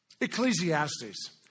Ecclesiastes